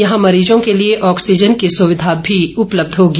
यहां मरीजों के लिए ऑक्सीजन की सुविधा भी उपलब्ध होगी